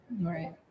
Right